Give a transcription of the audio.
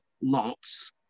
lots